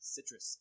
Citrus